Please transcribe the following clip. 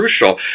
crucial